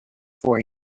for